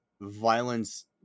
violence